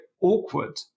awkward